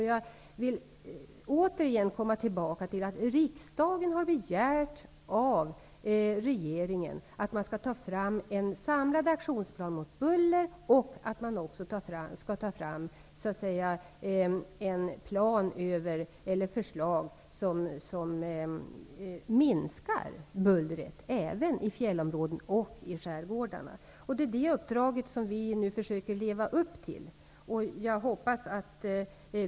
Jag vill återigen säga att riksdagen har begärt av regeringen att man skall ta fram en samlad aktionsplan mot buller och förslag som innebär att man minskar bullret i fjällområdet och i skärgårdarna. Det uppdraget försöker vi nu leva upp till.